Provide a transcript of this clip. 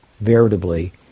Veritably